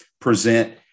present